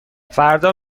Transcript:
فردا